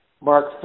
Mark